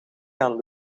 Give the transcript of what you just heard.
gaan